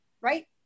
right